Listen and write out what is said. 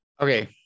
Okay